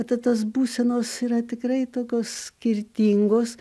tai tos būsenos yra tikrai tokios skirtingos